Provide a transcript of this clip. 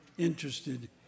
Interested